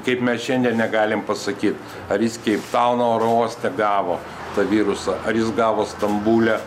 kaip mes šiandien negalim pasakyt ar jis keiptauno oro uoste gavo tą virusą ar jis gavo stambule